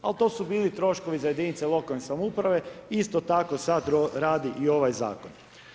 Ali to su bili troškovi za jedinice lokalne samouprave, isto tako sada radi i ovaj zakon.